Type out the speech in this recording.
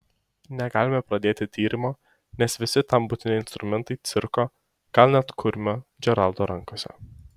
negalime pradėti tyrimo nes visi tam būtini instrumentai cirko gal net kurmio džeraldo rankose